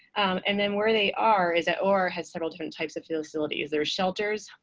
and then where they are is that orr has several different types of facilities. there are shelters.